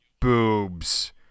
boobs